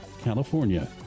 California